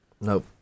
Nope